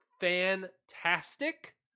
fantastic